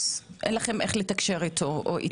אין לכם איך לתקשר אתו או איתה?